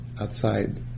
outside